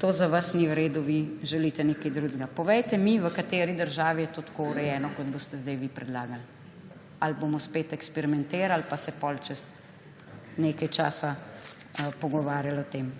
to za vas ni v redu, vi želite nekaj drugega. Povejte mi, v kateri državi je to tako urejeno, kot boste sedaj vi predlagali. Ali bomo spet eksperimentirali pa se potem čez nekaj časa pogovarjali o tem?